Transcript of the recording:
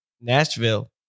Nashville